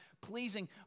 pleasing